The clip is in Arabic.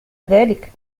ذلك